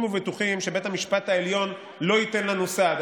ובטוחים שבית המשפט העליון לא ייתן לנו סעד.